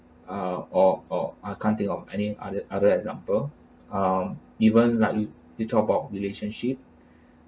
ah or or I can't think of any other other example um even like you you talk about relationship